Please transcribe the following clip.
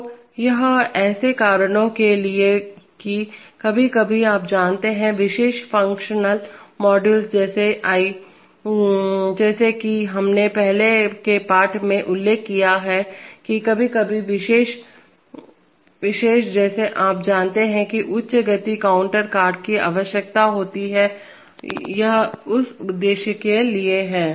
तो यह ऐसे कारणों के लिए है कि कभी कभी आप जानते हैं विशेष फंक्शनल मॉड्यूल जैसे I जैसा कि हमने पहले के पाठ में उल्लेख किया है कि कभी कभी विशेष जिसे आप जानते हैं कि उच्च गति काउंटर कार्ड की आवश्यकता होती है यह इस उद्देश्य के लिए है